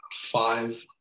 five